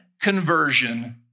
conversion